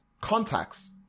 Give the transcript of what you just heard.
contacts